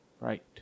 right